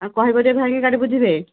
ଆଉ କହିବ ଟିକିଏ ଭାଇଙ୍କି ଗାଡ଼ି ବୁଝିବେ